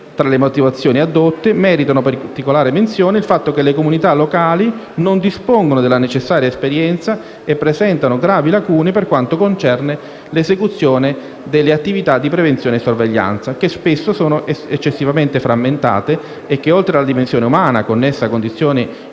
Tra le motivazioni addotte meritano particolare menzione il fatto che le comunità locali non dispongono della necessaria esperienza e presentano gravi lacune per quanto concerne l'esecuzione delle attività di prevenzione e sorveglianza, che spesso sono eccessivamente frammentate, e che, oltre alla dimensione umana connessa a condizioni